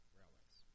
railways